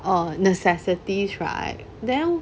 err necessities right then